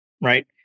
Right